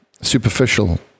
superficial